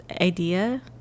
idea